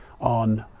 on